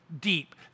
deep